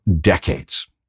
decades